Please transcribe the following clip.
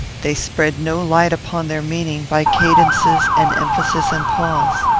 they spread no light upon their meaning by cadences and emphasis and pause.